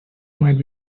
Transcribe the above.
might